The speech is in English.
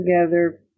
together